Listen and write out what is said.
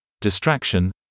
distraction